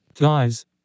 Guys